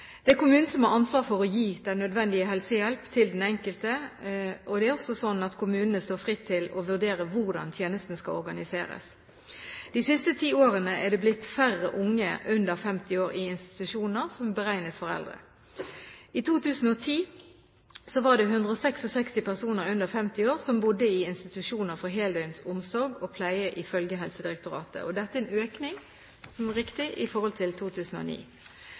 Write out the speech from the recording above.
Det er kommunen som har ansvaret for å gi den nødvendige helsehjelp til den enkelte, og kommunene står også fritt til å vurdere hvordan tjenesten skal organiseres. De siste ti årene er det blitt færre unge under 50 år i institusjoner som er beregnet for eldre. I 2010 var det 166 personer under 50 år som bodde i institusjoner for heldøgns omsorg og pleie, ifølge Helsedirektoratet. Dette er en økning – det er riktig – i forhold til 2009.